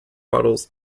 bottles